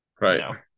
Right